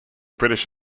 british